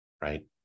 right